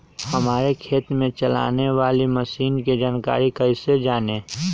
हमारे खेत में चलाने वाली मशीन की जानकारी कैसे जाने?